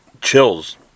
chills